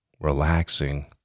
relaxing